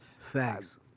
Facts